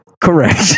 Correct